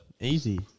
Easy